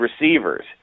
receivers